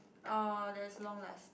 orh that's long last